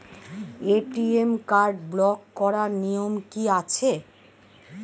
ATM card block করার নিয়ম কি আছে?